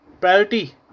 priority